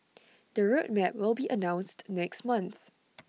the road map will be announced next month